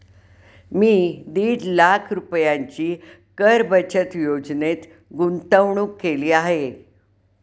मी दीड लाख रुपयांची कर बचत योजनेत गुंतवणूक केली आहे